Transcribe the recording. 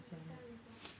the next time we go